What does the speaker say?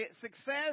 Success